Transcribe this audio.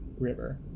river